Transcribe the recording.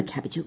പ്രഖ്യാപിച്ചു